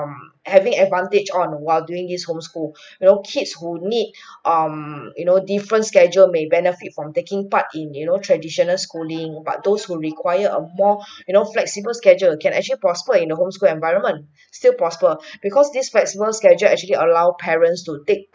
um having advantage on while doing his homeschooled you nowl kids who need um you know different scheduled may benefit from taking part in you know traditional schooling but those who require a more you know flexible schedule can actually prosper in a homeschooled environment still prosper because this flexible schedule actually allow parents to take